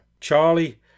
Charlie